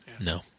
No